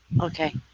Okay